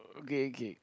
okay okay